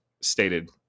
stated